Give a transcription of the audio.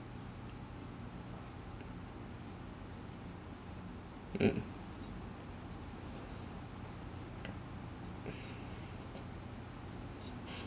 mm